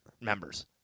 members